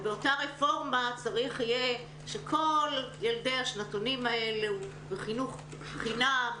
באותה רפורמה צריך יהיה שכל ילדי השנתונים האלה בחינוך חינם,